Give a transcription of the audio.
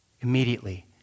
Immediately